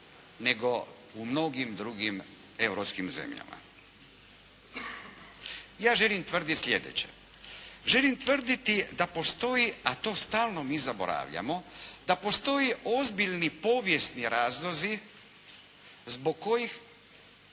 nego u mnogim drugim europskim zemljama. Ja želim tvrditi sljedeće, želim tvrditi da postoji, a to stalno mi zaboravljamo, da postoji ozbiljni povijesni razlozi zbog kojih